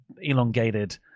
elongated